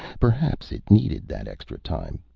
perhaps it needed that extra time,